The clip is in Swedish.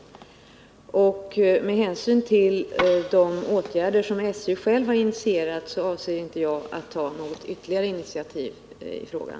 Med hänsyn till de åtgärder som man på SJ själv initierat avser jag inte att ta några ytterligare initiativ i frågan.